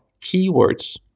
keywords